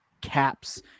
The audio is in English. CAPS